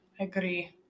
agree